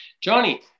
Johnny